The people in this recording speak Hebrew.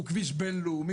הוא כביש בינלאומי,